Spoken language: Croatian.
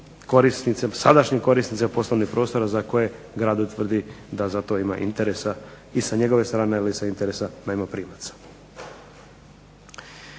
prodati sadašnjim korisnicima poslovnih prostora za koje grad utvrdi da za to ima interesa i sa njegove strane, ali i sa interesa najmoprimaca.